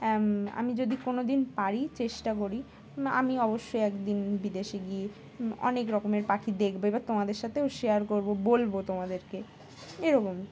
আমি যদি কোনো দিন পারি চেষ্টা করি আমি অবশ্যই একদিন বিদেশে গিয়ে অনেক রকমের পাখি দেখবে বা তোমাদের সাথেও শেয়ার করবো বলব তোমাদেরকে এরকম